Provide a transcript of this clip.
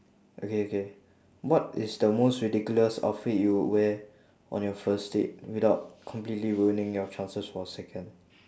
okay okay what is the most ridiculous outfit you would wear on your first date without completely ruining your chances for a second